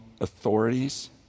authorities